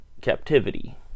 captivity